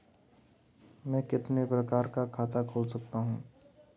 मैं कितने प्रकार का खाता खोल सकता हूँ?